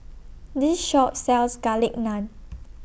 This Shop sells Garlic Naan